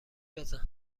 بزن